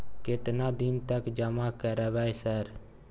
केतना दिन तक जमा करबै सर?